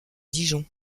dijon